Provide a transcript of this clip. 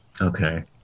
Okay